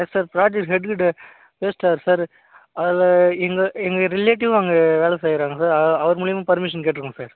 S sir project scheduled sir அதில் இந்த எங்கள் எங்கள் ரிலேட்டிவ் அங்கே வேலை செய்கிறாங்க அவரு மூலிமா பர்மிஷன் கேட்டுருக்கோம் சார்